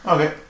Okay